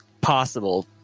possible